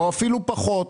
או אפילו פחות,